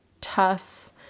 tough